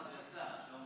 שלמה.